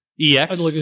EX